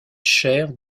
chaire